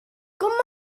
god